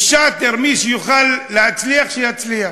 שאטר, מי שיוכל להצליח, שיצליח.